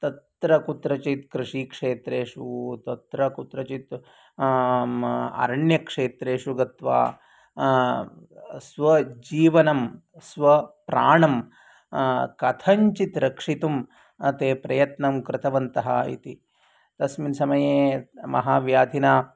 तत्र कुत्रचित् कृषिक्षेत्रेषु तत्र कुत्रचित् आरण्यक्षेत्रेषु गत्वा स्वजीवनं स्वप्राणं कथञ्चित् रक्षितुं ते प्रयत्नं कृतवन्तः इति तस्मिन् समये महाव्याधिना